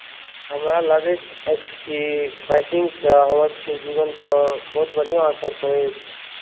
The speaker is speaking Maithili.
हमरा लागै अछि कि बाइकिंगसँ हमर सभकेँ जीवन पर बहुत बढ़िऑ असर पड़ि